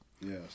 Yes